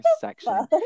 section